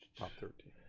prop thirteen.